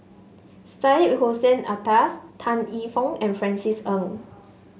Syed Hussein Alatas Tan E Tong and Francis Ng